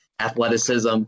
athleticism